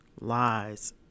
lies